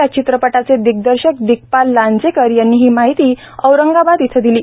या चित्रपटाचे दिग्दर्शक दिग्पाल लांजेकर यांनी ही माहिती औरंगाबाद इथं दिली